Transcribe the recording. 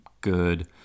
good